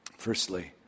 Firstly